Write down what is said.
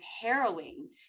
harrowing